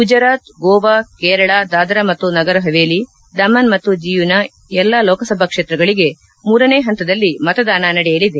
ಗುಜರಾತ್ ಗೋವಾ ಕೇರಳ ದಾದ್ರಾ ಮತ್ತು ನಗರ್ ಪವೇಲಿ ದಾಮನ್ ಮತ್ತು ದಿಯುನ ಎಲ್ಲಾ ಲೋಕಸಭಾ ಕ್ಷೇತ್ರಗಳಿಗೆ ನೇ ಹಂತದಲ್ಲಿ ಮತದಾನ ನಡೆಯಲಿದೆ